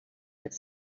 das